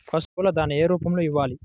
పశువుల దాణా ఏ రూపంలో ఇవ్వాలి?